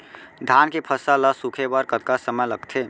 धान के फसल ल सूखे बर कतका समय ल लगथे?